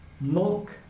milk